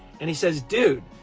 and he says dude,